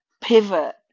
pivot